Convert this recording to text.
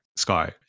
sky